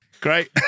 Great